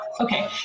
Okay